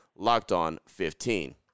LOCKEDON15